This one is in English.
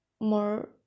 more